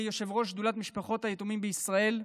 כיושב-ראש שדולת משפחות היתומים בישראל,